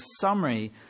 summary